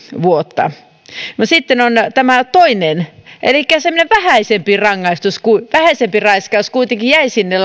vuotta no sitten on tämä toinen elikkä semmoinen vähäisempi rangaistus vähäisempi raiskaus kuitenkin vielä jäi sinne